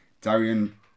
Darian